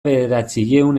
bederatziehun